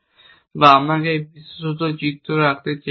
বা আমাকে আরও বিস্তৃত চিত্র আঁকতে চেষ্টা করুন